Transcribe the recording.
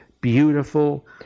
beautiful